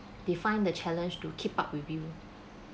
they find the challenge to keep up with you